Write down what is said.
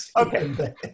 Okay